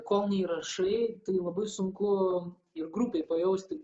kol neįrašai tai labai sunku ir grupei pajausti